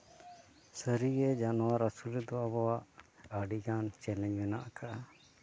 ᱥᱟᱹᱨᱤ ᱜᱮ ᱡᱟᱱᱚᱣᱟᱨ ᱟᱹᱥᱩᱞ ᱨᱮᱫᱚ ᱟᱵᱚᱣᱟᱜ ᱟᱹᱰᱤ ᱜᱟᱱ ᱪᱮᱞᱮᱧᱡᱽ ᱢᱮᱱᱟᱜ ᱟᱠᱟᱫᱼᱟ